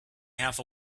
half